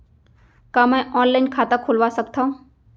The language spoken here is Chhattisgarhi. का मैं ऑनलाइन खाता खोलवा सकथव?